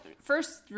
first